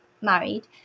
married